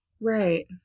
Right